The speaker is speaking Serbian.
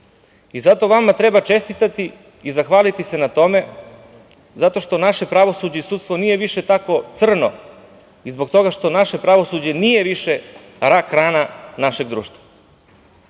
Zato vama treba čestitati i zahvaliti se na tome zato što naše pravosuđe i sudstvo nije više tako crno i zbog toga što naše pravosuđe nije više rak-rana našeg društva.